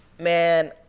man